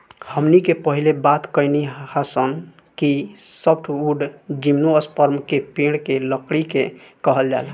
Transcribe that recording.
हमनी के पहिले बात कईनी हासन कि सॉफ्टवुड जिम्नोस्पर्म के पेड़ के लकड़ी के कहल जाला